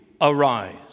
arise